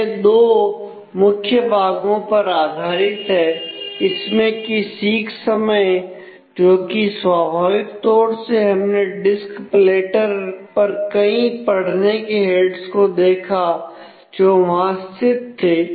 यह दो मुख्य भागों पर आधारित है इसमें की सीक को देखा जो वहां स्थित थे